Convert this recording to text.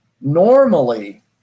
normally